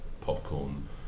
popcorn